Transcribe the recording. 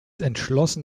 entschlossen